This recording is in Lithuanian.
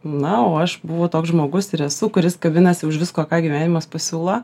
na o aš buvau toks žmogus ir esu kuris kabinasi už visko ką gyvenimas pasiūla